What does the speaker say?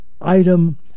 item